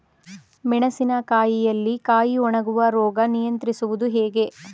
ಮೆಣಸಿನ ಕಾಯಿಯಲ್ಲಿ ಕಾಯಿ ಒಣಗುವ ರೋಗ ನಿಯಂತ್ರಿಸುವುದು ಹೇಗೆ?